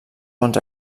bons